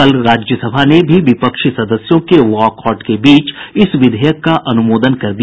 कल राज्य सभा ने भी विपक्षी सदस्यों के वॉकआउट के बीच इस विधेयक का अनुमोदन कर दिया